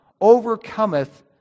overcometh